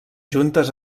juntes